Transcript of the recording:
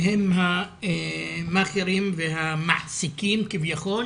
והם המאכערים והמחזיקים כביכול.